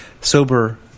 sober